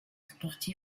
sportif